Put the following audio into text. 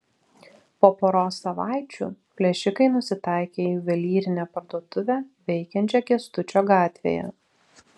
po poros savaičių plėšikai nusitaikė į juvelyrinę parduotuvę veikiančią kęstučio gatvėje